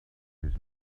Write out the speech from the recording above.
his